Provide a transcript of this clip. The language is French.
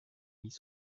mis